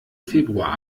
februar